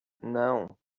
não